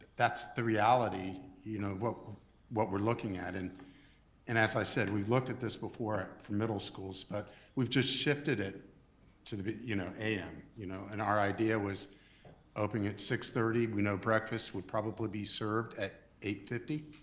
that's the reality you know of what we're looking at. and and as i said, we looked at this before for middle schools but we've just shifted it to the you know a m. you know and our idea was opening at six thirty. we know breakfast would probably be served at eight fifty